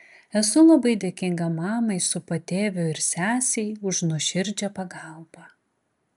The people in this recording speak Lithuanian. esu labai dėkinga mamai su patėviu ir sesei už nuoširdžią pagalbą